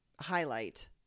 highlight